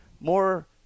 more